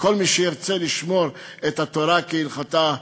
וכל מי שירצה לשמור את התורה כהלכתה,